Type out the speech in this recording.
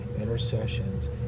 intercessions